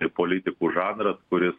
ir politikų žanras kuris